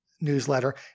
newsletter